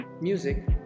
music